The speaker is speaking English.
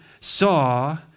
saw